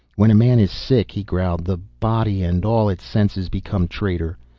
when a man is sick, he growled, the body and all its senses become traitor.